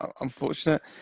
unfortunate